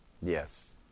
Yes